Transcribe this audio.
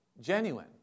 genuine